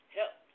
help